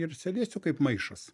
ir sėdėsiu kaip maišas